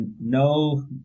no